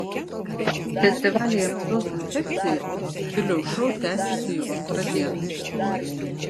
festivalyje mados infekcija stiliaus šou tęsiasi jau antrą dieną